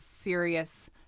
serious